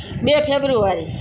બે ફેબ્રુઆરી